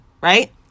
right